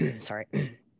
sorry